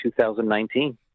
2019